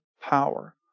power